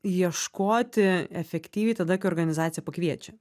ieškoti efektyviai tada kai organizacija pakviečia